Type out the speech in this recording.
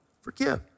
forgive